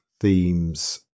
Themes